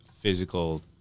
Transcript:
physical